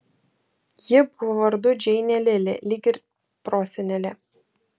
ji buvo vardu džeinė lili lyg ir prosenelė